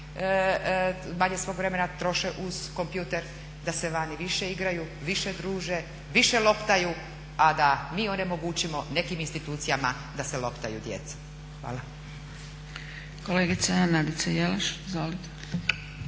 manje svog vremena troše uz kompjuter, da se vani više igraju, više druge, više loptaju a da mi onemogućimo nekim institucijama da se loptaju djeca. Hvala.